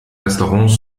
restaurants